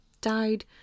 died